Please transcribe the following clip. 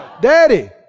daddy